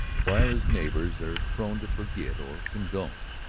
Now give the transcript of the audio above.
while his neighbors are prone to forget or condone.